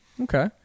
Okay